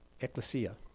ecclesia